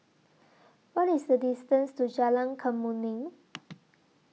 What IS The distance to Jalan Kemuning